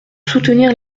soutenir